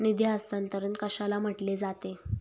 निधी हस्तांतरण कशाला म्हटले जाते?